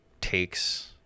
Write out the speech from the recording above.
takes